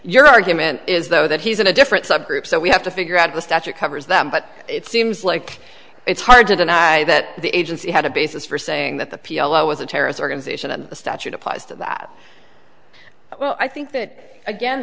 your argument is though that he's in a different subgroup so we have to figure out the statute covers that but it seems like it's hard to deny that the agency had a basis for saying that the p l o was a terrorist organization that the statute applies to that well i think that again